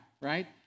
right